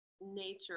nature